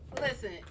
Listen